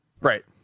Right